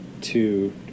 two –